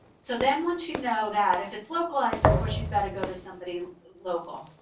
so then once you know that, if it's localized, of course, you've got to go to somebody local.